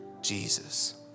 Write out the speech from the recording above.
Jesus